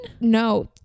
no